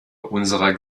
unserer